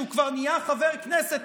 כשהוא כבר נהיה חבר כנסת,